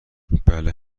بله